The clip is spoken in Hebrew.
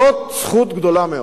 זאת זכות גדולה מאוד,